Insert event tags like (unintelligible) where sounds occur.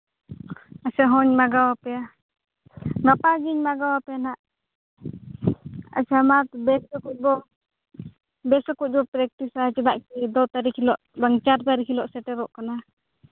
ᱟᱪᱪᱷᱟ ᱦᱚᱸᱧ ᱢᱟᱜᱟᱣ ᱯᱮᱭᱟ ᱜᱟᱯᱟᱜᱤᱧ ᱢᱟᱜᱟᱣ ᱯᱮᱭᱟ ᱱᱟᱦᱟᱸᱜ ᱟᱪᱪᱷᱟ ᱢᱟ ᱵᱮᱥ (unintelligible) ᱫᱚ ᱵᱮᱥ ᱚᱠᱚᱡ ᱵᱚᱱ ᱯᱨᱮᱠᱴᱤᱥᱼᱟ ᱪᱮᱫᱟᱜ ᱥᱮ ᱫᱚᱥ ᱛᱟᱹᱨᱤᱠᱷ ᱦᱤᱞᱳᱜ ᱵᱟᱝ ᱪᱟᱨ ᱛᱟᱹᱨᱤᱠᱷ ᱦᱤᱞᱳᱜ ᱥᱮᱴᱮᱨᱚᱜ ᱠᱟᱱᱟ